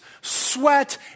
sweat